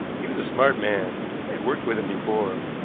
he was a smart man. i had worked with him before.